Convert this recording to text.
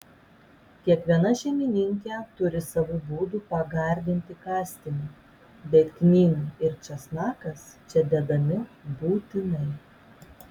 kiekviena šeimininkė turi savų būdų pagardinti kastinį bet kmynai ir česnakas čia dedami būtinai